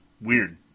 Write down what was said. weird